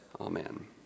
Amen